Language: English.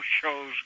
shows